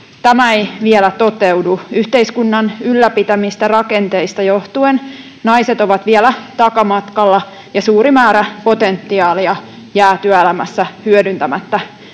Tämä ei vielä toteudu. Yhteiskunnan ylläpitämistä rakenteista johtuen naiset ovat vielä takamatkalla ja suuri määrä potentiaalia jää työelämässä hyödyntämättä.